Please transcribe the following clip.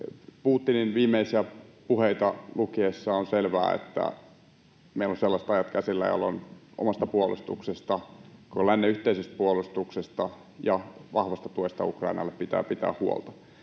Putinin viimeisiä puheita lukiessa on selvää, että meillä on käsillä sellaiset ajat, jolloin omasta puolustuksesta, koko lännen yhteisestä puolustuksesta ja vahvasta tuesta Ukrainalle pitää pitää huolta.